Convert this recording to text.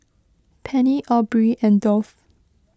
Penny Aubrey and Dolph